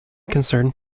concerned